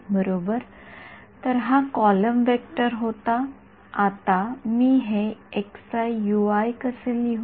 तरहा column vector होता आता हे मी कसे लिहू